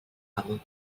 amo